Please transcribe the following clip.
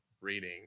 reading